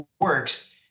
works